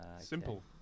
Simple